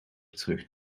terug